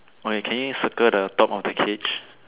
okay can you circle the top of the cage